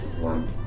one